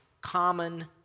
common